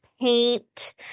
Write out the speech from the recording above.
Paint